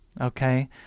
okay